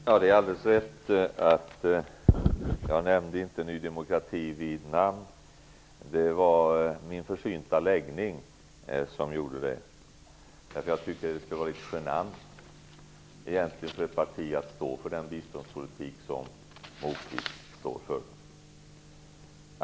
Fru talman! Det är alldeles riktigt att jag inte nämnde Ny demokrati vid namn. Det berodde på min försynta läggning. Jag tycker att det måste vara litet genant för ett parti att stå för den biståndspolitik som Lars Moquist står för.